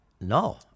No